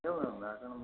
एवमेवं व्याकरणमेव